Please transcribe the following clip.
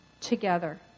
together